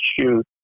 shoot